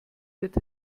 wird